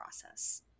process